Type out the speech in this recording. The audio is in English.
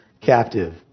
captive